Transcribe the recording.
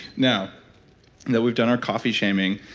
now that we've done our coffee shaming,